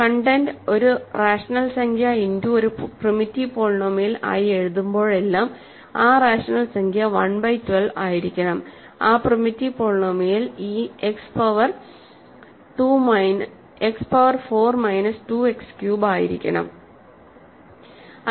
content ഒരു rational സംഖ്യ into ഒരു പ്രിമിറ്റീവ് പോളിനോമിയൽ ആയി എഴുതുമ്പോഴെല്ലാം ആ റാഷണൽ സംഖ്യ 1 ബൈ 12 ആയിരിക്കണം ആ പ്രിമിറ്റീവ് പോളിനോമിയൽ ഈ x power 4 minus 2 x cube ആയിരിക്കണം